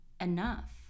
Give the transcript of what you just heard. enough